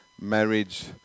marriage